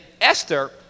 Esther